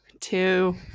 two